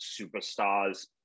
superstars